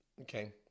Okay